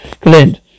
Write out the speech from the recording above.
Clint